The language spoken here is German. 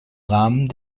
rahmen